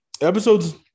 episodes